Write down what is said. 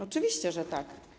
Oczywiście, że tak.